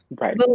right